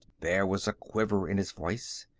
there was a quiver in his voice.